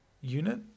unit